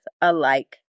alike